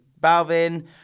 Balvin